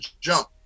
jump